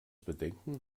bedenken